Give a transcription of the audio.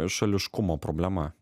šališkumo problema